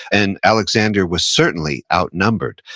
and alexander was certainly outnumbered.